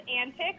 antics